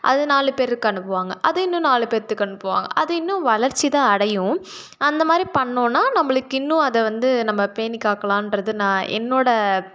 அதை நாலு பேருக்கு அனுப்புவாங்க அது இன்னும் நாலு பேருக்கு அனுப்புவாங்க அது இன்னும் வளர்ச்சிதான் அடையும் அந்தமாதிரி பண்ணோம்ன்னா நம்மளுக்கு இன்னும் அதை வந்து நம்ம பேணிக்காக்கலான்றது நான் என்னோடய